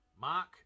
Mark